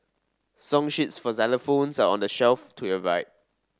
song sheets for xylophones are on the shelf to your right